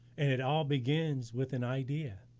and it all begins with an idea!